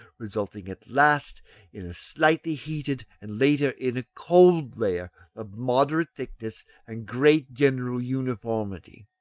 resulting at last in a slightly heated, and later in a cold layer of moderate thickness and great general uniformity.